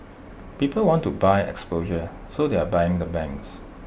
people want to buy exposure so they're buying the banks